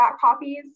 copies